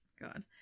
god